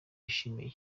bishimiye